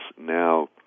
now